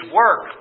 work